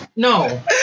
no